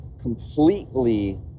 completely